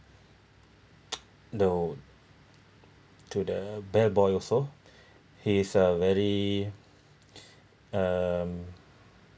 though to the back boy also he is a very um